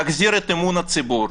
להחזיר את אמון הציבור,